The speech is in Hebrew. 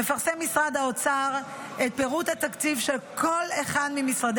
מפרסם משרד האוצר את פירוט התקציב של כל אחד ממשרדי